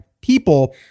people